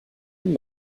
nun